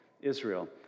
Israel